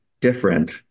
different